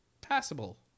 passable